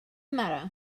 matter